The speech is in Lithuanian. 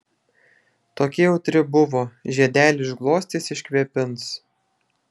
tokia jautri buvo žiedelį išglostys iškvėpins